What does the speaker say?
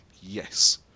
Yes